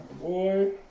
boy